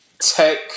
tech